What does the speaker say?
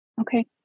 Okay